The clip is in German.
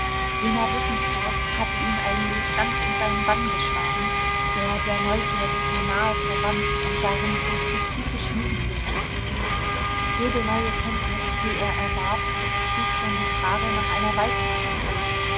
jener wissensdurst hatte ihn allmählich ganz in seinen bann geschlagen der der neugierde so nahe verwandt und darum so spezifisch jugendlich ist jede neue kenntnis die er erwarb trug schon die frage nach einer weiteren in sich